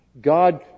God